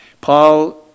Paul